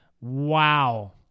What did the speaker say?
Wow